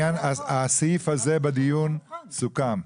הסעיף הזה בדיון סוכם.